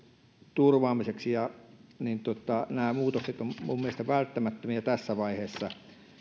turvaamiseksi nämä muutokset ovat minun mielestäni välttämättömiä tässä vaiheessa